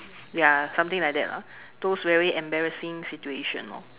ya something like that lah those very embarrassing situation lor